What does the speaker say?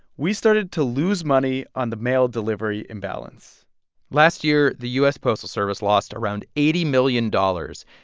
we started to lose money on the mail delivery imbalance last year, the u s. postal service lost around eighty million dollars.